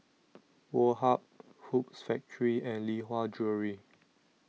Woh Hup Hoops Factory and Lee Hwa Jewellery